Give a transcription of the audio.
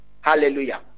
hallelujah